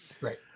Right